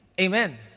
Amen